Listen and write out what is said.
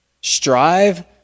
Strive